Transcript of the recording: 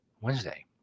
Wednesday